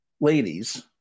ladies